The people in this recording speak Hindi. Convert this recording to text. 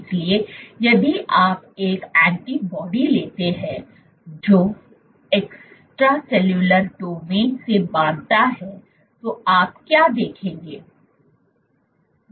इसलिए यदि आप एक एंटीबॉडी लेते हैं जो एक्सट्रासेलुलर डोमेन में बांधता है तो आप क्या देखेंगे